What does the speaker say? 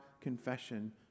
confession